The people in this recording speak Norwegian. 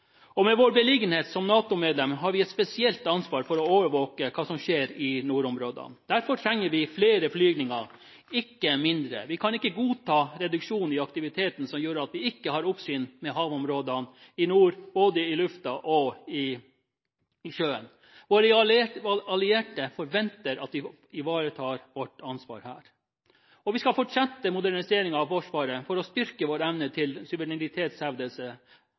Med vår beliggenhet som NATO-medlem har vi et spesielt ansvar for å overvåke hva som skjer i nordområdene. Derfor trenger vi flere flygninger, ikke færre. Vi kan ikke godta reduksjon i aktiviteten som gjør at vi ikke har oppsyn med havområdene i nord – både i luften og i sjøen. Våre allierte forventer at vi ivaretar vårt ansvar her. Vi skal fortsette moderniseringen av Forsvaret for å styrke vår evne til suverenitetshevdelse